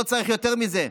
לא צריך יותר מזה.